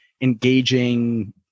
engaging